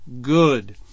good